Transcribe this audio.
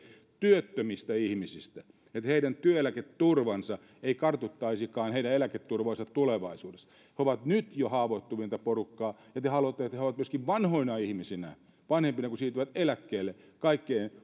työttömistä ihmisistä siitä että heidän työeläketurvansa ei kartuttaisikaan heidän eläketurvaansa tulevaisuudessa he ovat nyt jo haavoittuvinta porukkaa ja te haluatte että he ovat myöskin vanhoina ihmisinä vanhempina kun siirtyvät eläkkeelle kaikkein